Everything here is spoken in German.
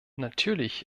natürlich